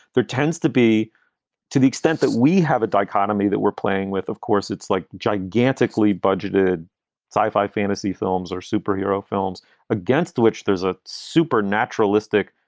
there tends to be to the extent that we have a dichotomy that we're playing with, of course, it's like gigantically budgeted sci fi fantasy films or superhero films against which there's a super naturalistic,